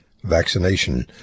vaccination